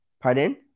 pardon